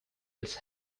its